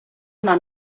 una